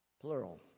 plural